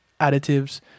additives